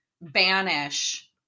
banish